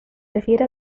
refiere